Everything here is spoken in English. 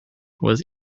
was